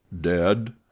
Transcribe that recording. Dead